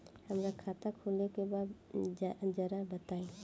हमरा खाता खोले के बा जरा बताई